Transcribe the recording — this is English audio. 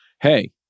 hey